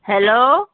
hello